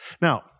Now